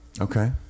Okay